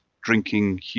drinking